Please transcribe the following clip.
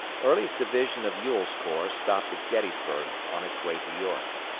early's division of ewell's corps stopped at gettysburg on its way to york.